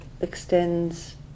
extends